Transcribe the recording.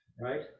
right